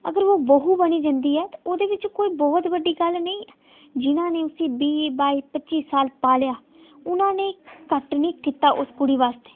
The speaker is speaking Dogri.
अगर ओह् नूंह् बनी जंदी ऐ ते ओह्दे बिच कोई बहुत बड्डी गल्ल नेईं ऐ जि'नें उसी बीह् बाई पं'जी साल पालेआ उ'नें एह् घट्ट नेईं कीता उस कुड़ी आस्तै